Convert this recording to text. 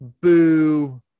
Boo